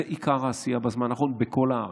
זה עיקר העשייה בזמן האחרון בכל הארץ,